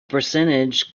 percentage